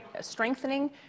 strengthening